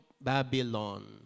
Babylon